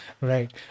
right